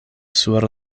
sur